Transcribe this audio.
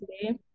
today